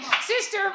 Sister